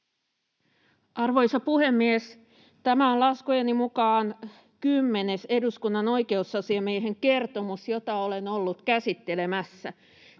Arvoisa puhemies! Tämä on laskujeni mukaan kymmenes eduskunnan oikeusasiamiehen kertomus, jota olen ollut käsittelemässä.